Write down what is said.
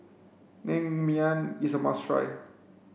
naengmyeon is a must try